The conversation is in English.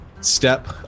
Step